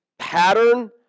pattern